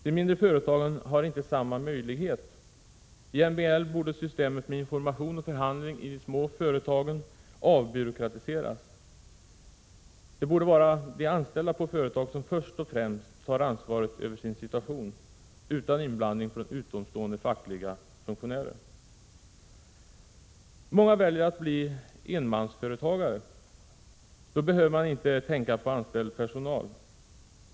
De mindre företagen har inte samma möjlighet. I MBL borde systemet med information och förhandling i små företag avbyråkratiseras. Det borde vara de anställda på företaget som först och främst tar ansvaret över sin situation, utan inblandning från utomstående fackliga funktionärer. Många väljer att bli enmansföretagare. Då behöver man inte tänka på anställd personal.